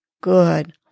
Good